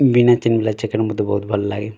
ବିନା ଚେନ୍ ବାଲା ଜ୍ୟାକେଟ୍ ମୋତେ ବହୁତ ଭଲ ଲାଗେ